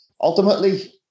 ultimately